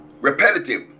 repetitive